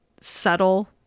subtle